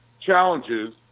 challenges